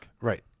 Right